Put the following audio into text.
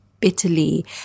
bitterly